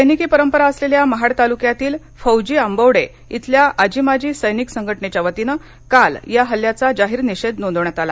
सैनिकी परंपरा असलेल्या महाड तालुक्यातील फौजी आंबवडे येथील आजी माजी सैनिक संघटनेच्यावतीनं काल या हल्ल्याचा जाहीर निषेध नोंदवण्यात आला